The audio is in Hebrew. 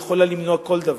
אינה יכולה למנוע כל דבר,